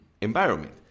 environment